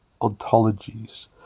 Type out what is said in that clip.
ontologies